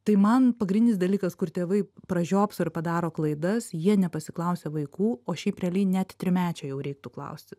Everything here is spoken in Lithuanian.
tai man pagrindinis dalykas kur tėvai pražiopso ir padaro klaidas jie nepasiklausia vaikų o šiaip realiai net trimečio jau reiktų klausti